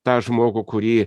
tą žmogų kurį